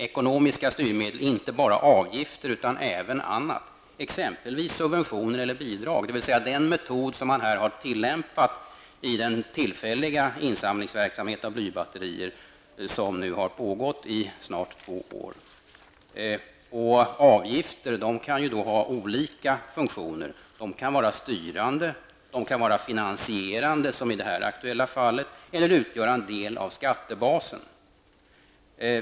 Ekonomiska styrmedel består inte bara av avgifter utan även annat, t.ex. subventioner eller bidrag, dvs. den metod som har tillämpats i den tillfälliga insamlingsverksamhet med blybatterier som nu har pågått i snart två år. Avgifter kan ha olika funktioner. De kan vara styrande. De kan vara finansierande, som i det här aktuella fallet, eller utgöra en del av skattebasen.